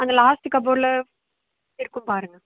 அந்த லாஸ்ட் கபோர்ட்டில் இருக்கும் பாருங்க